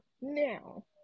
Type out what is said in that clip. now